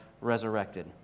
resurrected